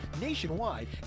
nationwide